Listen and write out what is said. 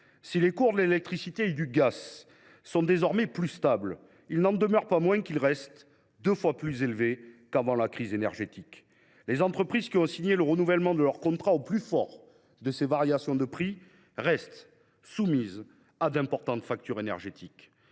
Si les cours de l’électricité et du gaz sont désormais plus stables, il n’en demeure pas moins qu’ils restent deux fois plus élevés qu’avant la crise énergétique. Les entreprises qui ont signé le renouvellement de leur contrat au plus fort de ces variations de prix restent soumises à d’importantes factures énergétiques.